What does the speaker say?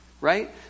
right